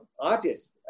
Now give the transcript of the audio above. artists